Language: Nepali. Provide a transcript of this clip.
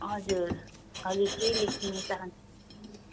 हजुर हजुर केही लेख्नु चाहन्छु